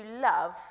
love